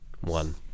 One